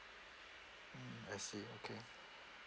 mm I see okay